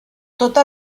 tota